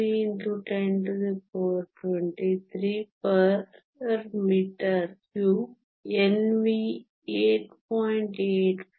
3 x 1023 m 3 Nv 8